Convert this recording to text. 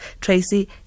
tracy